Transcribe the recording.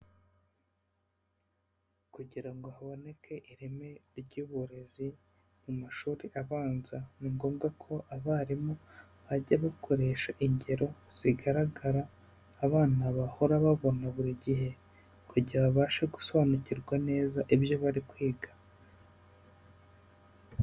Kugira ngo haboneke ireme ry'uburezi mu mashuri abanza, ni ngombwa ko abarimu bajya bakoresha ingero zigaragara abana bahora babona buri gihe kugira babasha gusobanukirwa neza ibyo bari kwiga.